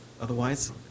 Otherwise